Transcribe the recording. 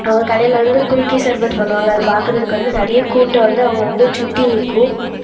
அவங்க கடையில் வந்து குலுக்கி சர்பத் பண்ணுவாங்க அதை பார்க்குறதுக்கு வந்து நிறைய கூட்டம் வந்து அவங்களை வந்து சுற்றி நிற்கும்